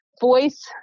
voice